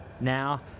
Now